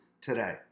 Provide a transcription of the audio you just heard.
today